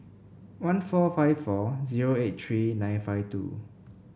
one four five four zero eight three nine five two